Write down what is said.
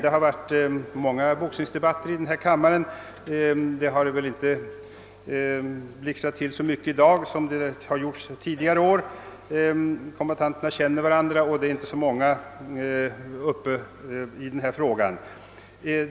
Det har förts många boxningsdebatter i denna kammare, men det har inte i dag varit någon så livlig diskussion som under tidigare år. Kombattanterna känner varandra, och det är inte så många av dem som yttrar sig i denna fråga.